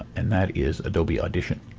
and that is adobe audition.